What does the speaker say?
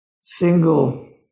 single